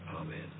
Amen